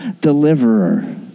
deliverer